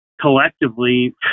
collectively